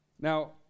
Now